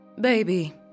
Baby